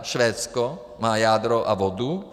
Švédsko má jádro a vodu.